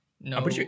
No